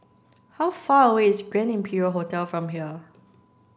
how far away is Grand Imperial Hotel from here